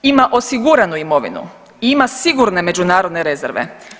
Ima osiguranu imovinu i ima sigurne međunarodne rezerve.